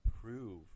prove